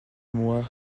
moi